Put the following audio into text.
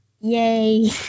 Yay